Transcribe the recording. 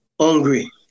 hungry